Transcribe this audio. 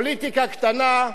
פוליטיקה קטנה,